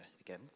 again